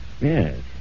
Yes